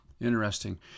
interesting